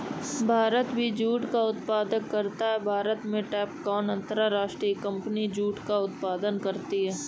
भारत भी जूट का उत्पादन करता है भारत में टैपकॉन अंतरराष्ट्रीय कंपनी जूट का उत्पादन करती है